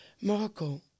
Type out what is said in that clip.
Morocco